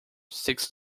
six